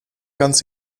ganz